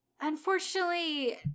unfortunately